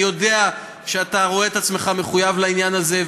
אני יודע שאתה רואה את עצמך מחויב לעניין הזה,